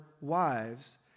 wives